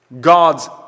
God's